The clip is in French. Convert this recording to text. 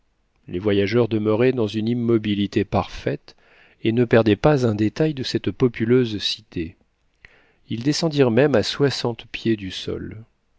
les voyageurs demeuraient dans une immobilité parfaite et ne perdaient pas un détail de cette populeuse cité ils descendirent même à soixante pieds du sol